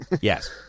yes